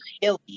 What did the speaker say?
hilly